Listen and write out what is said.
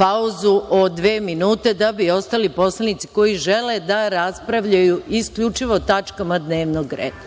pauzu od dva minuta da bi ostali poslanici koji žele da raspravljaju isključivo o tačkama dnevnog reda,